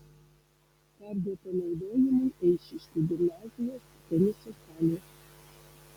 perduota naudojimui eišiškių gimnazijos teniso salė